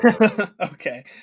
Okay